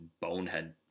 bonehead